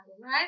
right